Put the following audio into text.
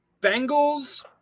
Bengals